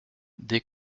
dès